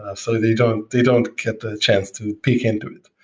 ah so they don't they don't get a chance to peek into it.